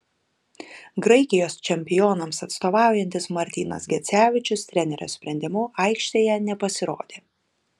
graikijos čempionams atstovaujantis martynas gecevičius trenerio sprendimu aikštėje nepasirodė